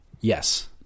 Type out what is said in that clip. Yes